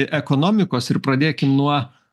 ekonomikos ir pradėkim nuo